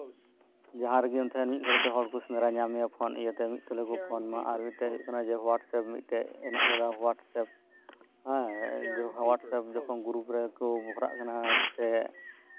ᱡᱟᱸᱦᱟ ᱨᱮᱜᱮᱢ ᱛᱟᱸᱦᱮᱱ ᱢᱤᱫ ᱜᱷᱟᱲᱤᱡ ᱛᱮ ᱦᱚᱲ ᱠᱚ ᱥᱮᱸᱫᱽᱨᱟ ᱧᱟᱢ ᱢᱮᱭᱟ ᱯᱷᱳᱱ ᱤᱭᱟᱹᱛᱮ ᱯᱷᱳᱱ ᱫᱚ ᱦᱩᱭᱩᱜ ᱠᱟᱱᱟ ᱦᱳᱴᱟᱥᱥᱮᱯ ᱢᱤᱫᱴᱮᱡ ᱦᱮᱱᱟᱜ ᱠᱟᱫᱟ ᱦᱳᱴᱟᱥᱴᱮᱯ ᱦᱮᱸ ᱦᱳᱴᱟᱥᱮᱯ ᱡᱚᱠᱷᱚᱱ ᱜᱩᱨᱩᱯ ᱨᱮᱠᱚ ᱡᱷᱚᱜᱽᱲᱟ ᱠᱟᱱᱟ ᱥᱮ